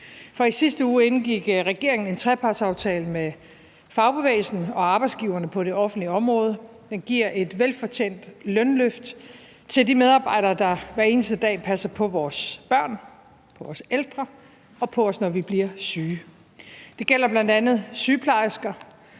For i sidste uge indgik regeringen en trepartsaftale med fagbevægelsen og arbejdsgiverne på det offentlige område. Den giver et velfortjent lønløft til de medarbejdere, der hver eneste dag passer på vores børn, på vores ældre og på os, når vi bliver syge. Det gælder bl.a. sygeplejersker,